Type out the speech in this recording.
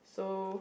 so